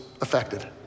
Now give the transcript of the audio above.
affected